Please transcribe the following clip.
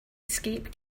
escape